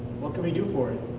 what could we do for it?